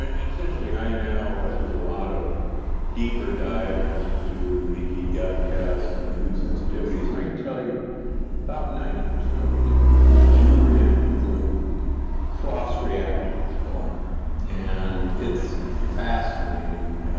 ah it's interesting, i now do a lot of deeper dive into leaky gut tests and food sensitivities. and i can tell you about ninety percent of people who do react to gluten cross react to corn and it's fascinating.